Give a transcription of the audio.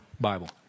Bible